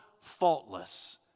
faultless